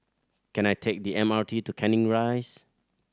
can I take the M R T to Canning Rise